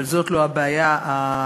אבל זאת לא הבעיה הקשה,